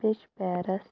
بیٚیہِ چھُ پیرس